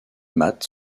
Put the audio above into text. matt